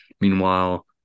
Meanwhile